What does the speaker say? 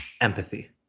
empathy